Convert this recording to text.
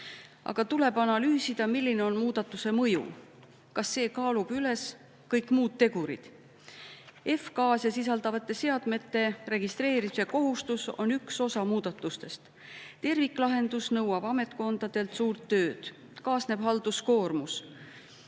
Aga tuleb analüüsida, milline on muudatuse mõju. Kas see kaalub üles kõik muud tegurid? F-gaase sisaldavate seadmete registreerimise kohustus on üks osa muudatustest. Terviklahendus nõuab ametkondadelt suurt tööd, kaasneb halduskoormuse